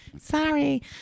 sorry